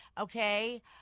okay